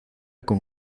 con